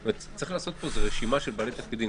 צריך לעשות רשימה של בעלי תפקידים,